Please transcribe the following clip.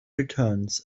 returns